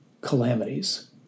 calamities